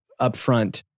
upfront